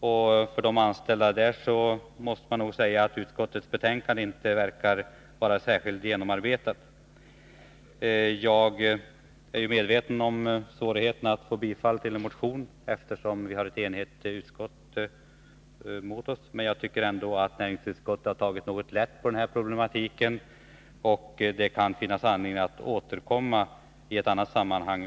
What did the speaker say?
Med tanke på de anställda måste man nog säga att utskottets betänkande inte är särskilt genomarbetat. Eftersom utskottet är enigt, är jag medveten om att det är svårt att få genom ett bifall till min motion. Jag tycker emellertid att näringsutskottet har tagit litet lätt på problematiken. Därför kan det finnas anledning att återkomma med kraven i ett annat sammanhang.